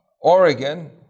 Oregon